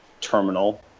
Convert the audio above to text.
terminal